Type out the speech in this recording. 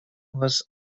was